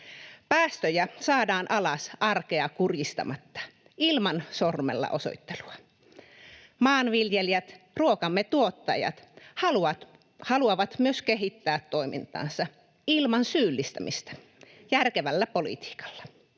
Päästöjä saadaan alas arkea kurjistamatta, ilman sormella osoittelua. Maanviljelijät, ruokamme tuottajat, haluavat myös kehittää toimintaansa ilman syyllistämistä, järkevällä politiikalla.